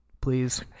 please